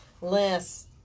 less